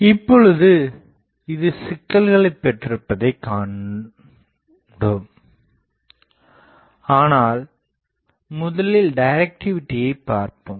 இப்போது இது சிக்கல்களைப் பெற்றிருப்பதைக் கண்டோம் ஆனால் முதலில் டைரக்டிவிடியை பார்ப்போம்